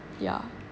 yeah